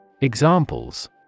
Examples